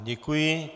Děkuji.